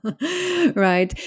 right